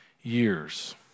years